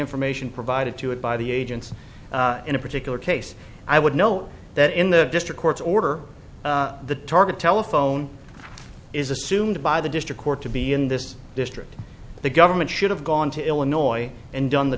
information provided to it by the agents in a particular case i would note that in the district court's order the target telephone is assumed by the district court to be in the district the government should have gone to illinois and done the